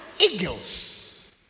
eagles